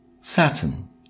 Saturn